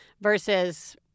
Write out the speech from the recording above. versus